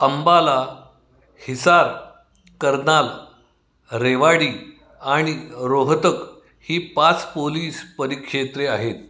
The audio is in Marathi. अंबाला हिसार कर्नाल रेवाडी आणि रोहतक ही पाच पोलीस परीक्षेत्रे आहेत